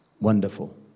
Wonderful